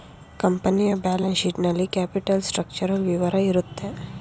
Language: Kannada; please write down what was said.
ಕಂಪನಿಯ ಬ್ಯಾಲೆನ್ಸ್ ಶೀಟ್ ನಲ್ಲಿ ಕ್ಯಾಪಿಟಲ್ ಸ್ಟ್ರಕ್ಚರಲ್ ವಿವರ ಇರುತ್ತೆ